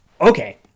okay